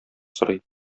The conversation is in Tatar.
сорый